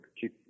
keep